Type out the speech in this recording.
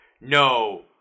no